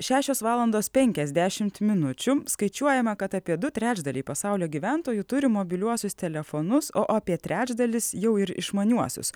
šešios valandos penkiasdešimt minučių skaičiuojama kad apie du trečdaliai pasaulio gyventojų turi mobiliuosius telefonus o apie trečdalis jau ir išmaniuosius